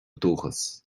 dúchas